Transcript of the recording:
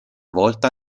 volta